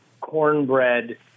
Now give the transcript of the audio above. cornbread